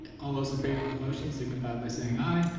ah those in favor of the motion, signify it by saying i.